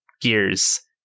gears